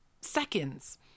seconds